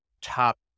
top